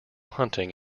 hunting